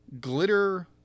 glitter